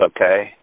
okay